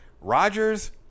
Rodgers